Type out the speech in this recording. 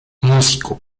músico